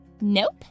Nope